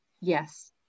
yes